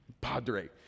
padre